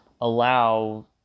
allow